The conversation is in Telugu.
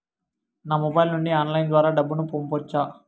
నా మొబైల్ నుండి ఆన్లైన్ ద్వారా డబ్బును పంపొచ్చా